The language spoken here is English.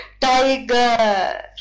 tiger